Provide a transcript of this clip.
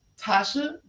tasha